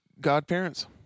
godparents